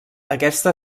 aquesta